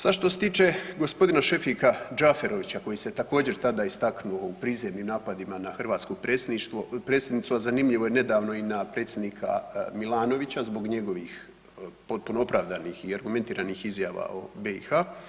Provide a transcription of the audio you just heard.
Sad što se tiče g. Šefika Džaferovića koji se također, tada istaknuo u prizemnim napadima na hrvatsko predsjedništvo, predsjednicu, a zanimljivo je, nedavno i na predsjednika Milanovića zbog njegovih potpuno opravdanih i argumentiranih izjava o BiH.